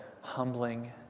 humbling